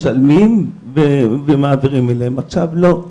משלמים, ומעבירים אליהם, עכשיו לא,